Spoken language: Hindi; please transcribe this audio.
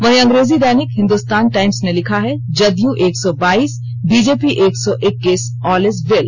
वहीं अंग्रेजी दैनिक हिन्दुस्तान टाइम्स ने लिखा है जदयू एक सौ बाईस बीजेपी एक सौ इक्कीस ऑल इज वेल